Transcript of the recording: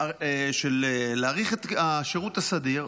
להאריך את השירות הסדיר,